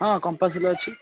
ହଁ କମ୍ପାସ୍ ବି ଅଛି